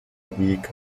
weak